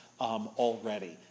already